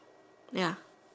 ya